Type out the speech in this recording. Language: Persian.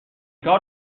کار